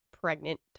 pregnant